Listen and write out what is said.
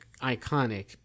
iconic